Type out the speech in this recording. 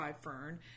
Fern